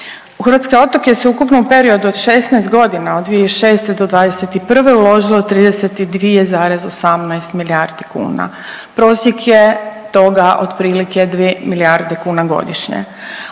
hrvatske otoke se u ukupnom periodu od 16 godina od 2006. do '21. uložilo 32,18 milijardi kuna. Prosjek je toga otprilike 2 milijarde kuna godišnje.